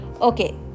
Okay